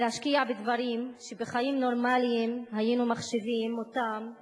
להשקיע בדברים שבחיים נורמליים היינו מחשיבים אותם מיותרים.